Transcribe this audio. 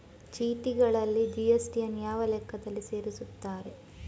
ಚೀಟಿಗಳಲ್ಲಿ ಜಿ.ಎಸ್.ಟಿ ಯನ್ನು ಯಾವ ಲೆಕ್ಕದಲ್ಲಿ ಸೇರಿಸುತ್ತಾರೆ?